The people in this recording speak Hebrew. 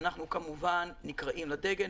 אנחנו כמובן נקראים לדגל.